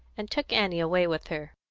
and took annie away with her.